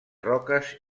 roques